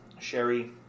sherry